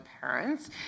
parents